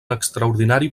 extraordinari